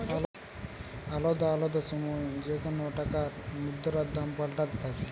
আলদা আলদা সময় যেকোন টাকার মুদ্রার দাম পাল্টাতে থাকে